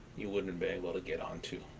you wouldn't be able to get on to.